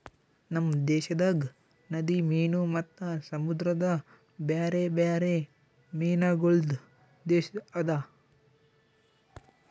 ನಮ್ ದೇಶದಾಗ್ ನದಿ ಮೀನು ಮತ್ತ ಸಮುದ್ರದ ಬ್ಯಾರೆ ಬ್ಯಾರೆ ಮೀನಗೊಳ್ದು ದೇಶ ಅದಾ